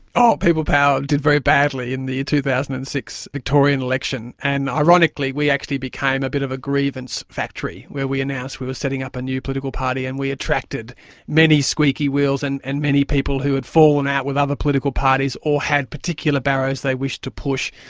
oh, people power did very badly in the two thousand and six victorian election, and ironically we actually became a bit of a grievance factory, where we announced we were setting up a new political party and we attracted many squeaky wheels and and many people who had fallen out with other political parties or had particular barrows they wished to push.